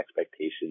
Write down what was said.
expectations